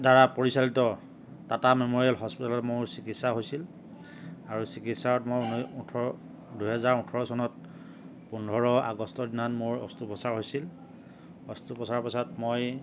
দ্ৱাৰা পৰিচালিত টাটা মেমৰিয়েল হস্পিটেলত মোৰ চিকিৎসা হৈছিল আৰু চিকিৎসাত মই ঊনৈছ ওঠৰ দুহেজাৰ ওঠৰ চনত পোন্ধৰ আগষ্টৰ দিনাখন মোৰ অষ্ট্ৰোপচাৰ হৈছিল অষ্ট্ৰোপচাৰৰ পিছত মই